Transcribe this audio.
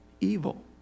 evil